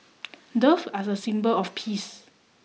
dove are a symbol of peace